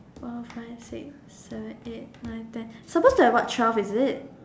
four five six seven eight nine ten supposed to have what twelve is it